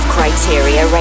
Criteria